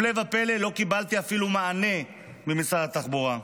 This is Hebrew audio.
הפלא ופלא, לא קיבלתי אפילו מענה ממשרד התחבורה.